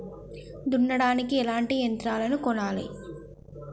దున్నడానికి ఎట్లాంటి యంత్రాలను కొనాలే?